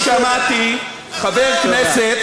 אני שמעתי חבר כנסת